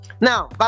Now